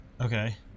Okay